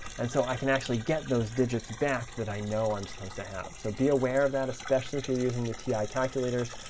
and so i can actually get those digits back that i know i'm supposed to have. so be aware of that, especially if you're using the ti calculators,